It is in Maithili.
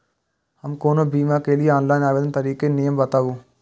हम कोनो बीमा के लिए ऑनलाइन आवेदन करीके नियम बाताबू?